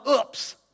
oops